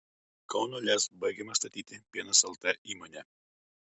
kauno lez baigiama statyti pienas lt įmonė